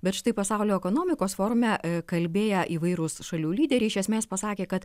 bet štai pasaulio ekonomikos forume kalbėję įvairūs šalių lyderiai iš esmės pasakė kad